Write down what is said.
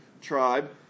tribe